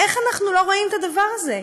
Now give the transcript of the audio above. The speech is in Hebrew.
איך אנחנו לא רואים את הדבר הזה?